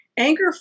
Anger